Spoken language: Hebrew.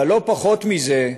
אבל לא פחות מזה,